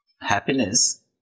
Happiness